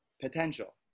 potential